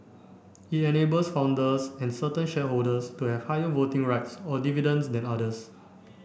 it enables founders and certain shareholders to have higher voting rights or dividends than others